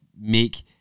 make